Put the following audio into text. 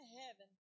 heaven